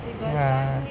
ya